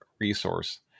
resource